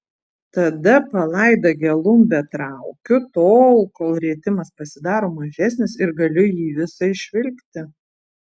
tada palaidą gelumbę traukiu tol kol rietimas pasidaro mažesnis ir galiu jį visą išvilkti